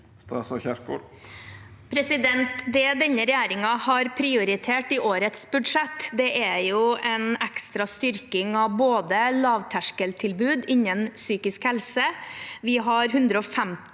Det denne re- gjeringen har prioritert i årets budsjett, er en ekstra styrking av lavterskeltilbud innen psykisk helse. Vi har 150